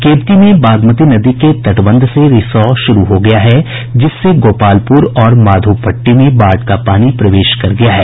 केवटी में बागमती नदी के तटबंध में रिसाव शुरू हो गया हैं जिससे गोपालपुर और माधोपट्टी में बाढ़ का पानी प्रवेश कर गया है